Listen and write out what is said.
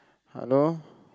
hello